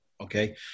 Okay